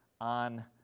on